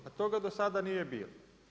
Pa toga do sada nije bilo.